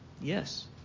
Yes